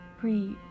breathe